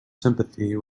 sympathy